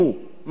מה זה סטודנט?